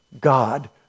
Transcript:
God